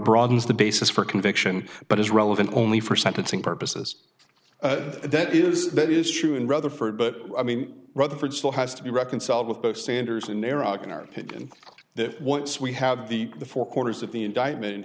broadens the basis for conviction but is relevant only for sentencing purposes that is that is true and rather for it but i mean rather for it still has to be reconciled with both standards in iraq in our opinion that once we have the four corners of the indictment